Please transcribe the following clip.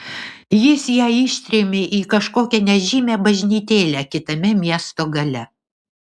jis ją ištrėmė į kažkokią nežymią bažnytėlę kitame miesto gale